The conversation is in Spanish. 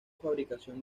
fabricación